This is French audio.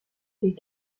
des